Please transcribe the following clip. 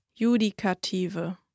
Judikative